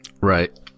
Right